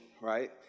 right